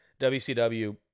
WCW